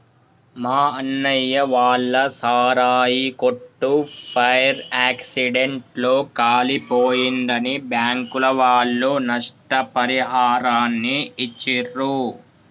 మా అన్నయ్య వాళ్ళ సారాయి కొట్టు ఫైర్ యాక్సిడెంట్ లో కాలిపోయిందని బ్యాంకుల వాళ్ళు నష్టపరిహారాన్ని ఇచ్చిర్రు